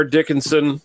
Dickinson